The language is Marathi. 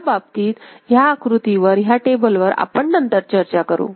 ह्या बाबतीत ह्या आकृतीवर ह्या टेबल वर आपण नंतर चर्चा करू